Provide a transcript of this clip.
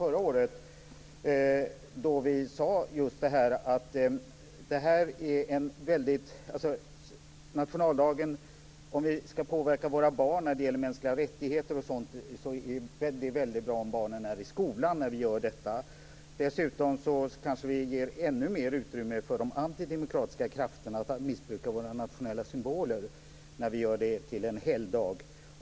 Förra året hade vi också det gemensamma argumentet att om vi ska påverka våra barn när det gäller mänskliga rättigheter och sådant är det väldigt bra om barnen är i skolan när vi gör detta. Dessutom ger vi kanske ännu mer utrymme åt de antidemokratiska krafterna att missbruka våra nationella symboler när vi gör den till en helgdag.